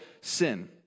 sin